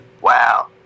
wow